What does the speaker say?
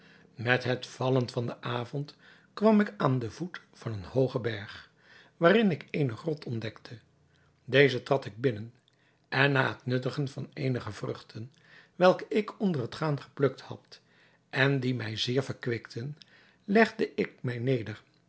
met het vallen van den avond kwam ik aan den voet van een hoogen berg waarin ik eene grot ontdekte deze trad ik binnen en na het nuttigen van eenige vruchten welke ik onder het gaan geplukt had en die mij zeer verkwikten legde ik mij neder